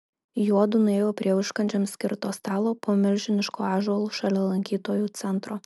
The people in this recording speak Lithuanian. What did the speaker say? juodu nuėjo prie užkandžiams skirto stalo po milžinišku ąžuolu šalia lankytojų centro